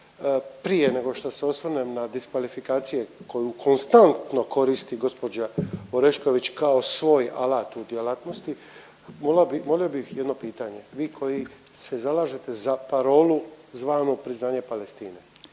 prije nego što se osvrnem na diskvalifikacije koju konstantno koristi gospođa Orešković kao svoj alat u djelatnosti. Molio bih jedno pitanje, vi koji se zalažete za parolu zvanu priznanje Palestine.